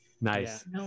Nice